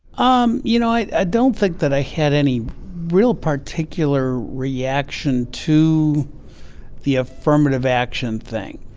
um, you know, i don't think that i had any real particular reaction to the affirmative action thing.